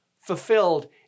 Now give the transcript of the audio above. fulfilled